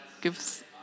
gives